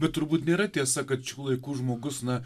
bet turbūt nėra tiesa kad šių laikų žmogus na